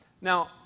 now